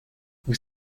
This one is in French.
vous